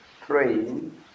praying